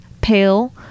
pale